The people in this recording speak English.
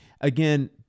again